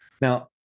Now